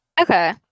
Okay